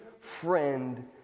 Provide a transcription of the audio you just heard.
friend